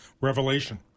revelation